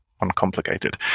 uncomplicated